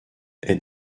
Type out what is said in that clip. est